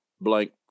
blank